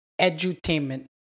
edutainment